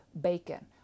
bacon